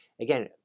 again